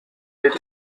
est